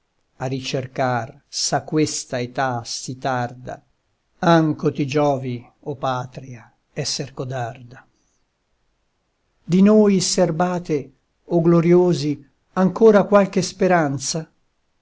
ricercar s'a questa età sì tarda anco ti giovi o patria esser codarda di noi serbate o gloriosi ancora qualche speranza